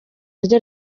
ryo